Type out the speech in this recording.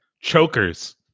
Chokers